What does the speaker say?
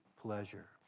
pleasure